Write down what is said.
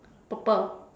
purple